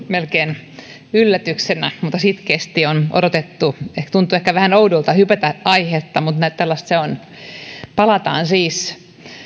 melkein yllätyksenä mutta sitkeästi on odotettu tuntuu ehkä vähän oudolta hypätä aiheesta mutta tällaista se on palataan siis